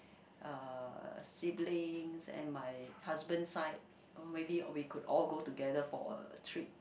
uh siblings and my husband side maybe we could all go together for a trip